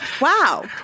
Wow